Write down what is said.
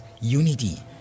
unity